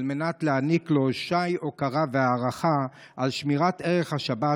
על מנת להעניק לו שי הוקרה והערכה על שמירת ערך השבת,